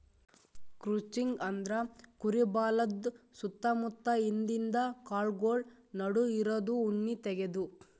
crutching ಅಂದ್ರ ಕುರಿ ಬಾಲದ್ ಸುತ್ತ ಮುತ್ತ ಹಿಂದಿಂದ ಕಾಲ್ಗೊಳ್ ನಡು ಇರದು ಉಣ್ಣಿ ತೆಗ್ಯದು